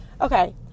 okay